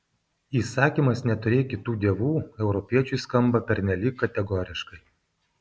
įsakymas neturėk kitų dievų europiečiui skamba pernelyg kategoriškai